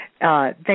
Thank